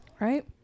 right